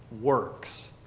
works